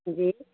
ਹਾਂਜੀ